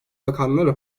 bakanlığına